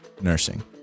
Nursing